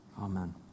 Amen